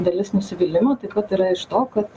dalis nusivylimų taip pat yra iš to kad